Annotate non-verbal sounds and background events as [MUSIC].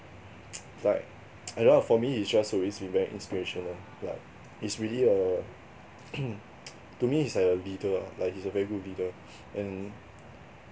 [NOISE] like [NOISE] I don't know lah for me he's just always been very inspirational like he's really a [COUGHS] to me he's like a leader ah like he's a very good leader and